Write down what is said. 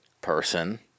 person